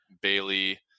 Bailey